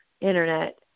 internet